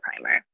primer